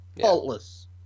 Faultless